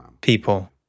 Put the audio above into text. people